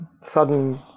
sudden